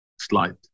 slide